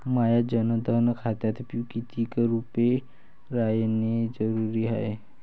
माह्या जनधन खात्यात कितीक रूपे रायने जरुरी हाय?